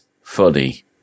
funny